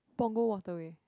Punggol Waterway